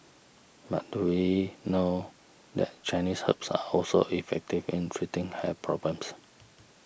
but do we know that Chinese herbs are also effective in treating hair problems